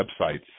websites